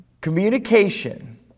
Communication